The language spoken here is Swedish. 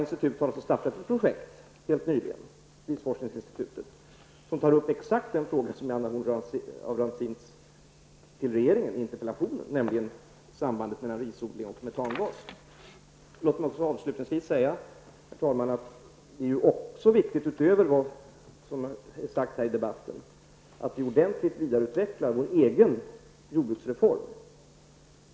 Risforskningsinstitutet har helt nyligen startat ett projekt som tar upp exakt den fråga som är Anna Horns af Rantzien interpellation till regeringen, nämligen sambandet mellan risodling och metangas. Låt mig avslutningsvis, utöver det som har sagts i debatten, säga att det också är viktigt att vi ordentligt vidareutvecklar vår egen jordbruksreform.